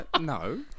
No